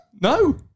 no